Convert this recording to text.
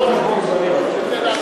לא על חשבון זמני רק.